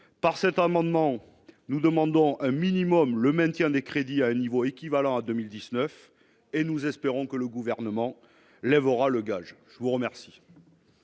par cet amendement, nous demandons un minimum le maintien des crédits à un niveau équivalent à 2019, et nous espérons que le gouvernement lèvera le gage je vous remercie.